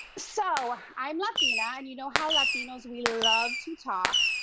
so, i'm latina, and you know how latinos, we love to talk.